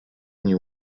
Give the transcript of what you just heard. dni